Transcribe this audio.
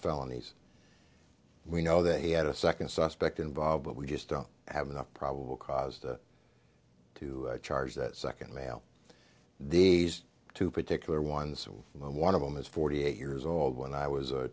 felonies we know that he had a second suspect involved but we just don't have enough probable cause to to charge that second male these two particular ones one of them is forty eight years old when i was a